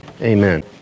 amen